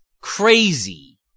crazy